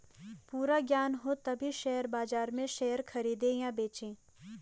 पूरा ज्ञान हो तभी शेयर बाजार में शेयर खरीदे या बेचे